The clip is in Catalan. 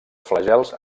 flagels